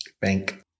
bank